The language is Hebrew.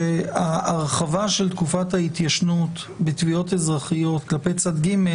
שההרחבה של תקופת ההתיישנות בתביעות אזרחיות כלפי צד ג',